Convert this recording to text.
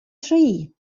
tree